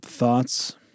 Thoughts